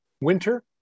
winter